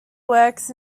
works